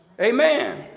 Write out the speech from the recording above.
Amen